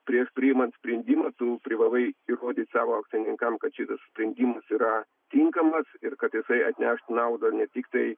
prieš priimant sprendimą tu privalai įrodyt savo akcininkams kad šitas sprendimas yra tinkamas ir kad jisai atneš naudą ne tiktai